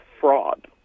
fraud